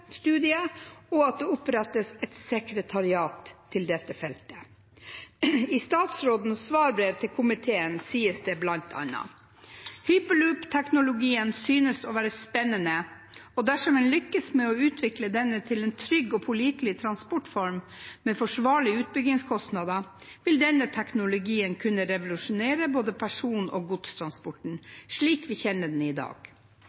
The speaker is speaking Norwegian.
mulighetsstudie og at det opprettes et sekretariat til dette feltet. I statsrådens svarbrev til komiteen sies det bl.a.: «Hyperloopteknologien synes å være spennende, og dersom en lykkes med å utvikle denne til en trygg og pålitelig transportform, med forsvarlige utbyggingskostnader, vil denne teknologien kunne revolusjonere både person- og godstransporten slik vi kjenner den i dag.